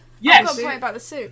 Yes